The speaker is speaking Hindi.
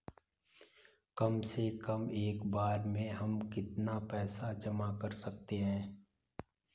कम से कम एक बार में हम कितना पैसा जमा कर सकते हैं?